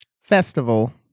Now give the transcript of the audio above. Festival